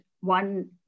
one